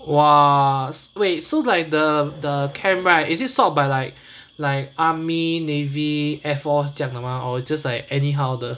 !wah! wait so like the the camp right is it sort by like like army navy air force 这样的吗 or just like anyhow 的